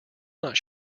not